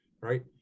right